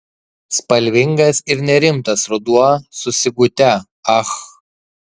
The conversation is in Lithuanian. spalvingas ir nerimtas ruduo su sigute ach